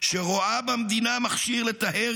שרואה במדינה מכשיר לטהר